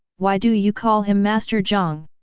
why do you call him master jiang?